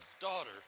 daughter